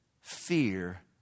fear